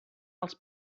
els